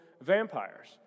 vampires